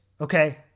okay